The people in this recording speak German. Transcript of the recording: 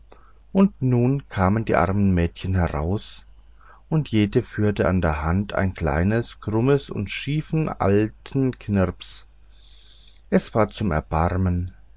und nun kamen die armen mädchen heraus und jede führte an der hand einen kleinen krummen und schiefen alten knirps es war zum erbarmen